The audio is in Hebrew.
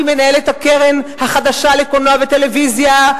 שהיא מנהלת הקרן החדשה לקולנוע וטלוויזיה?